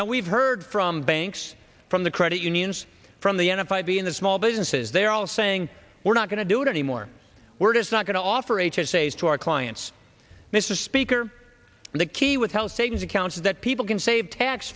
now we've heard from banks from the credit unions from the n f i b in the small businesses they're all saying we're not going to do it anymore we're just not going to offer h s a to our clients mr speaker the key with health savings accounts is that people can save tax